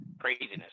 craziness